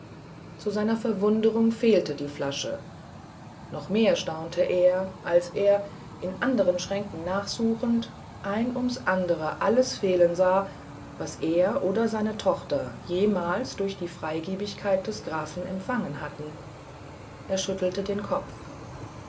zu seiner verwunderung fehlte die flasche noch mehr staunte er als er in anderen schränken nachsuchend eins ums andere alles fehlen sag was er oder seine tochter jemals durch die freigebigkeit des grafen empfangen hatten er schüttelte den kopf